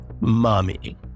mommy